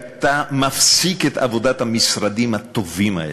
אתה מפסיק את עבודת המשרדים הטובים האלה,